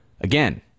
Again